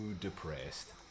depressed